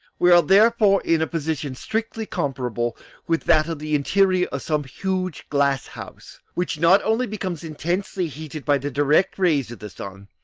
we are therefore in a position strictly comparable with that of the interior of some huge glass house, which not only becomes intensely heated by the direct rays of the sun,